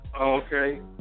Okay